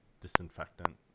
disinfectant